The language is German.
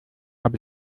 habe